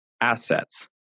assets